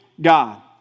God